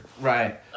Right